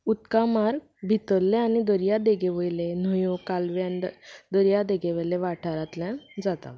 उदकां मार्ग भितरल्ले आनी दर्या देगेवयलें न्हंयो कालव्यान आनी दर्यां देगेवयल्या वाठांरांतल्यान जाता